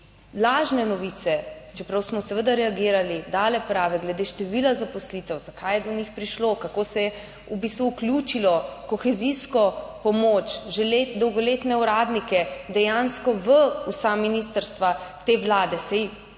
lažne novice, čeprav smo seveda reagirali, dale prave glede števila zaposlitev, zakaj je do njih prišlo, kako se je v bistvu vključilo kohezijsko pomoč, dolgoletne uradnike dejansko v vsa ministrstva te vlade, saj Ministrstvo